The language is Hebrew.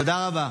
תודה רבה.